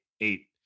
eight